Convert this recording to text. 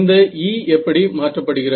இந்த E எப்படி மாற்றப்படுகிறது